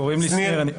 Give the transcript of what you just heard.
קוראים לי שניר,